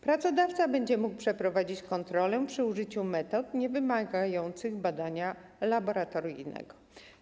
Pracodawca będzie mógł przeprowadzić kontrolę przy użyciu metod niewymagających badania laboratoryjnego.